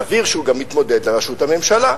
סביר שהוא גם מתמודד על ראשות הממשלה.